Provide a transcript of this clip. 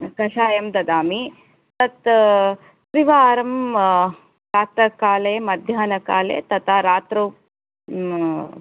कषायं ददामि तत् त्रिवारं प्रातःकाले मध्याह्नकाले तथा रात्रौ